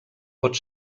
pot